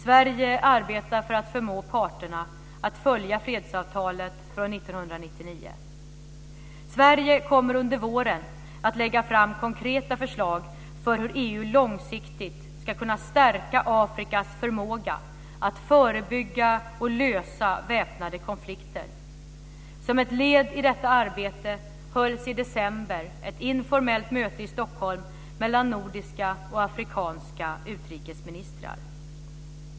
Sverige arbetar för att förmå parterna att följa fredsavtalet från 1999. Sverige kommer under våren att lägga fram konkreta förslag för hur EU långsiktigt ska kunna stärka Afrikas förmåga att förebygga och lösa väpnade konflikter. Som ett led i detta arbete hölls i december ett informellt möte i Stockholm mellan nordiska och afrikanska utrikesministrar.